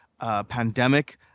pandemic